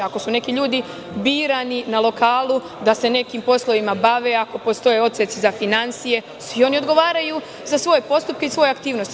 Ako su neki ljudi birani na lokalu da se nekima poslovima bave, ako postoji odsek za finansije, svi oni odgovaraju za svoje postupke i svoje aktivnosti.